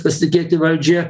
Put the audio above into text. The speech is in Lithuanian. pasitikėti valdžia